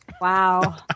Wow